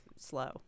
slow